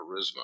charisma